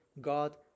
God